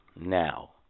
now